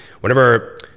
whenever